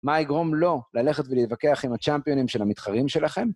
מה יגרום לו ללכת ולהתווכח עם הצ'אמפיונים של המתחרים שלכם?